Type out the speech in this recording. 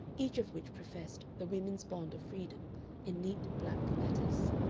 each of which professed the women's bond of freedom in neat black letters.